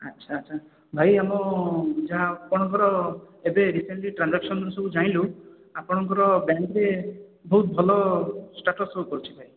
ଆଚ୍ଛା ଆଚ୍ଛା ଭାଇ ଆଉ ମୁଁ ଯାହା ଆପଣଙ୍କର ଏବେ ରିସେଣ୍ଟଲି ଟ୍ରାଞ୍ଜାକ୍ସନରୁ ସବୁ ଜାଣିଲୁ ଆପଣଙ୍କର ବ୍ୟାଙ୍କରେ ବହୁତ ଭଲ ଷ୍ଟାଟସ୍ ସୋ କରୁଛି ଭାଇ